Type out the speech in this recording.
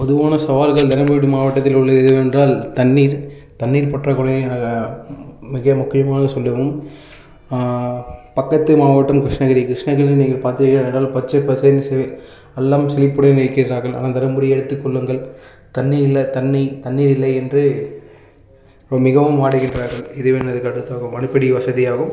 பொதுவான சவால்கள் தருமபுரி மாவட்டத்தில் உள்ள எதுவென்றால் தண்ணீர் தண்ணீர் பற்றாக்குறை மிக முக்கியமானதாக சொல்லணும் பக்கத்து மாவட்டம் கிருஷ்ணகிரி கிருஷ்ணகிரியில் பார்த்திர்கள் என்றால் பச்சை பசேல் எல்லாம் செழிப்புடன் இருக்கின்றார்கள் ஆனால் தருமபுரி எடுத்துக்கொள்ளுங்கள் தண்ணீர் இல்லை தண்ணீ தண்ணீர் இல்லை என்று மிகவும் வாடுகின்றார்கள் இதுவே எனது கருத்தாகும் அடிப்படை வசதியாகும்